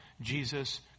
Jesus